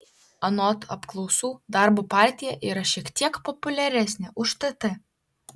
anot apklausų darbo partija yra šiek tiek populiaresnė už tt